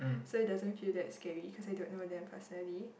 so it doesn't feel that scary cause I don't know them personally